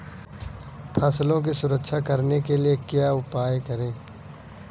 फसलों की सुरक्षा करने के लिए क्या उपाय करें?